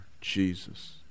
Jesus